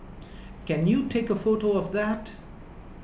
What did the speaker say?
can you take a photo of that